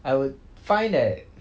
I would find that